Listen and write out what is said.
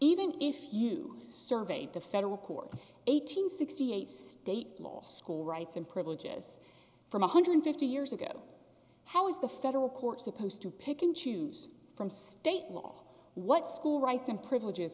even if you survey the federal court eight hundred and sixty eight state law school rights and privileges from one hundred and fifty years ago how is the federal court supposed to pick and choose from state law what school rights and privileges